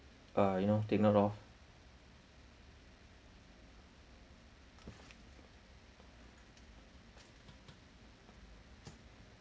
uh you know take note of